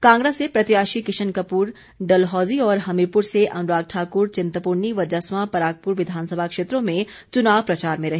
कांगड़ा से प्रत्याशी किशन कपूर डलहौजी और हमीरपुर से अनुराग ठाकुर चिंतपूर्णी व जसवां परागपुर विधानसभा क्षेत्रों में चुनाव प्रचार में रहे